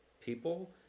people